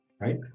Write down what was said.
right